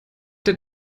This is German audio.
der